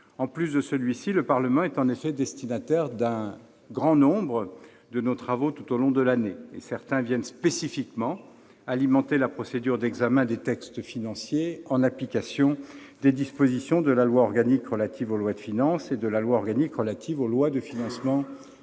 En plus de celui-ci, le Parlement est en effet destinataire d'un grand nombre de nos travaux tout au long de l'année. Certains viennent spécifiquement alimenter la procédure d'examen des textes financiers, en application des dispositions de la loi organique relative aux lois de finances et de la loi organique relative aux lois de financement de